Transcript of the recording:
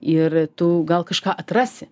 ir tu gal kažką atrasi